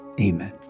Amen